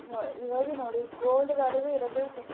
ಇವಾಗೆ ನೋಡಿ ಗೋಲ್ಡ್ ವಾಲ್ಯೂವೇ ಇರೋದು ಸಿಕ್ಸ್